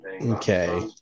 Okay